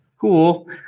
cool